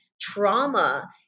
trauma